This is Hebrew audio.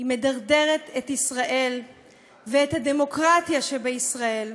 מדרדרת את ישראל ואת הדמוקרטיה שבישראל,